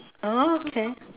okay